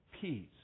peace